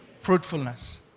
fruitfulness